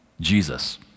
Jesus